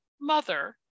mother